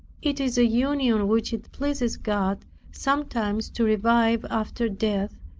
it is a union which it pleases god sometimes to revive after death,